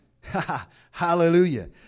Hallelujah